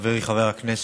חברי חבר הכנסת,